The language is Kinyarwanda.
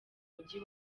mujyi